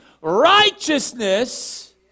righteousness